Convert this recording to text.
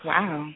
Wow